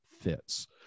fits